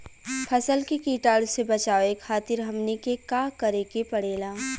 फसल के कीटाणु से बचावे खातिर हमनी के का करे के पड़ेला?